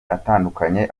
atandukanye